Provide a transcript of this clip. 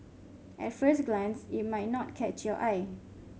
at first glance it might not catch your eye